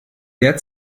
der